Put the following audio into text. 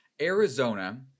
Arizona